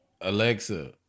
Alexa